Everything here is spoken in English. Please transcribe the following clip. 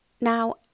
Now